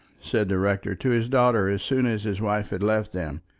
said the rector to his daughter as soon as his wife had left them.